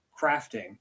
crafting